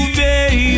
baby